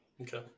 Okay